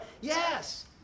Yes